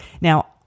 Now